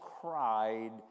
cried